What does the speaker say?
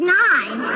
nine